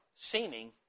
seeming